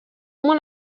molt